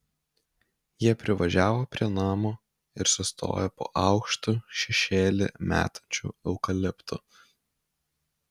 jie privažiavo prie namo ir sustojo po aukštu šešėlį metančiu eukaliptu